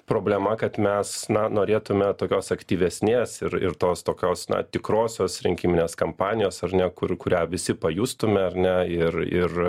problema kad mes na norėtume tokios aktyvesnės ir ir tos tokios na tikrosios rinkiminės kampanijos ar ne kur kurią visi pajustume ar ne ir ir